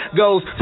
goes